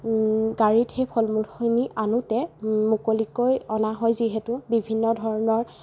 গাড়ীত সেই ফল মূলখিনি আনোতে মুকলিকৈ অনা হয় যিহেতু বিভিন্ন ধৰণৰ